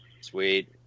Sweet